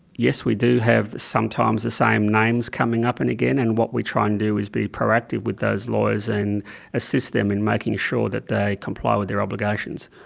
yes, we do have sometimes the same names coming up and again, and what we try and do is be proactive with those lawyers and assist them in making sure that they comply with obligations.